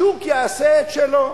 השוק יעשה את שלו.